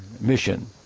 mission